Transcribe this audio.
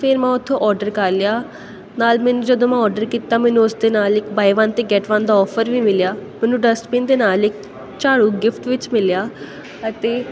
ਫਿਰ ਮੈਂ ਉੱਥੋਂ ਆਰਡਰ ਕਰ ਲਿਆ ਨਾਲ ਮੈਨੂੰ ਜਦੋਂ ਮੈਂ ਆਰਡਰ ਕੀਤਾ ਮੈਨੂੰ ਉਸ ਦੇ ਨਾਲ ਇੱਕ ਬਾਏ ਵੰਨ ਅਤੇ ਗੈਟ ਵੰਨ ਦਾ ਆਫਰ ਵੀ ਮਿਲਿਆ ਮੈਨੂੰ ਡਸਟਬਿਨ ਦੇ ਨਾਲ ਇੱਕ ਝਾੜੂ ਗਿਫਟ ਵਿੱਚ ਮਿਲਿਆ ਅਤੇ